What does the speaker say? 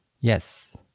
yes